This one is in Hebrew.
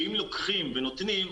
שאם לוקחים ונותנים,